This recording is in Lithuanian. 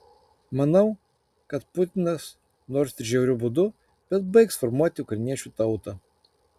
manau kad putinas nors ir žiauriu būdu bet baigs formuoti ukrainiečių tautą